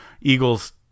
Eagles